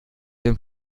dem